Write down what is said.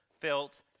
felt